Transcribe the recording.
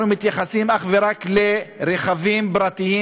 אנחנו מתייחסים אך ורק לכלי רכב פרטיים